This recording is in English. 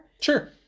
Sure